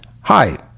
Hi